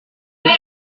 diri